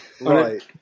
Right